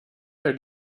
are